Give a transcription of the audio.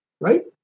right